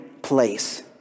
Place